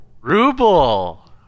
Ruble